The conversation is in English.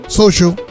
social